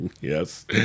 Yes